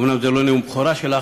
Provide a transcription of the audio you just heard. אומנם זה לא נאום הבכורה שלך,